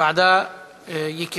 ועדת העבודה והרווחה.